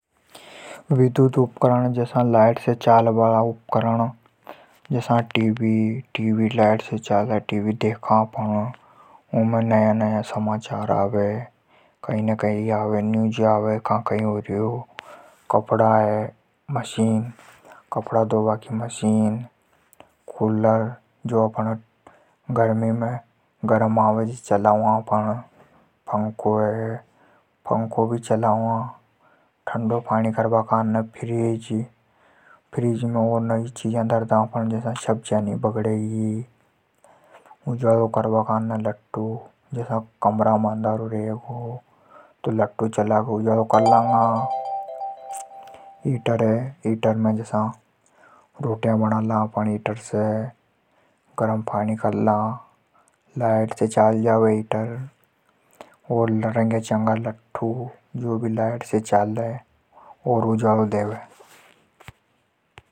विद्युत उपकरण लगत से चालबा हाला उपकरण। जसा टीवी लाइट से चाले। कपड़ा धोबा की मशीन। कूलर गर्मी में चलावा ठंडो पाणी करवा काने फ्रिज। ओर चीजा धर दा उमै। उजाला काने लट्टू। हीटर पे जसा रोटी बणा ला। गरम पानी कर ला।